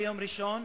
ביום ראשון,